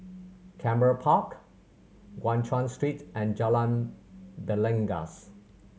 Canberra Park Guan Chuan Street and Jalan Belangkas